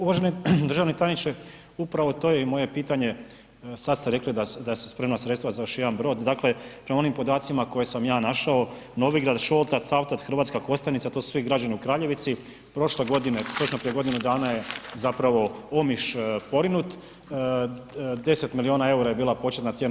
Uvaženi državni tajniče, upravo to je i moje pitanje, sad ste rekli da se sprema sredstva za još jedan brod, dakle prema onim podacima koje sam ja našao, Novigrad, Šolta, Cavtat, Hrvatska Kostajnica, to su svi građani u Kraljevici, prošle godine, točno prije godinu dana je zapravo Omiš porinut, 10 milijuna eura je bila početna cijena.